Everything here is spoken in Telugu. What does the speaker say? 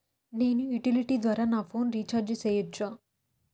నేను యుటిలిటీ ద్వారా నా ఫోను రీచార్జి సేయొచ్చా?